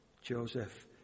Joseph